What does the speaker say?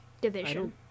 Division